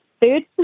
food